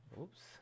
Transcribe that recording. Oops